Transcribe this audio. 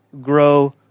grow